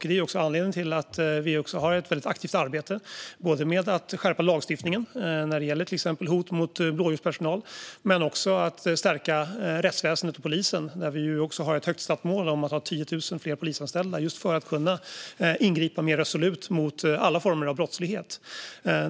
Det är också anledningen till att vi har ett väldigt aktivt arbete med att skärpa lagstiftningen när det gäller till exempel hot mot blåljuspersonal, men det handlar också om att stärka rättsväsendet och polisen. Där har vi ett högt satt mål om att ha 10 000 fler polisanställda just för att kunna ingripa mer resolut mot alla former av brottslighet.